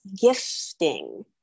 gifting